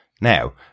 Now